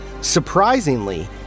Surprisingly